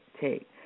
take